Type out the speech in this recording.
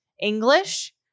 English